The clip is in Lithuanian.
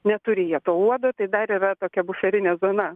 neturi jie to uodo tai dar yra tokia buferinė zona